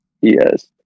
yes